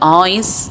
eyes